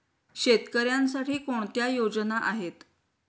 शेतकऱ्यांसाठी कोणत्या योजना आहेत?